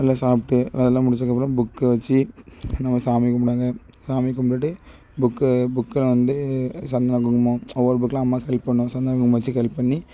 நல்லா சாப்பிட்டு அதெலாம் முடிச்சதுக்கப்பறம் புக்கை வச்சு நம்ம சாமி கும்பிடுவாங்க சாமி கும்பிட்டுட்டு புக்கை புக்கெலாம் வந்து சந்தனம் குங்குமம் ஒவ்வொரு புக்கெலாம் அம்மாக்கு ஹெல்ப் பண்ணும் சந்தனம் குங்குமம் வச்சி ஹெல்ப் பண்ணி